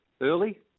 early